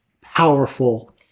powerful